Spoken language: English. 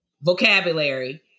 vocabulary